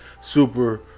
super